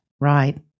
Right